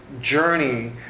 journey